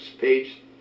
page